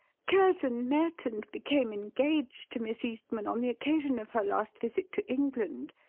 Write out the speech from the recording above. curzon met and became engaged to miss eastman on the occasion of her last visit to england,